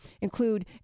include